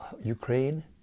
Ukraine